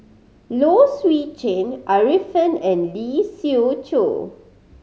Low Swee Chen Arifin and Lee Siew Choh